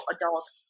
adult